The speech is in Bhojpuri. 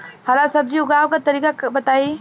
हरा सब्जी उगाव का तरीका बताई?